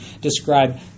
describe